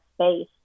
space